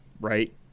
right